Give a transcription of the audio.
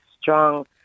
strong